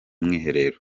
mwiherero